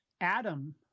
Adam